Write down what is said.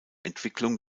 entwicklung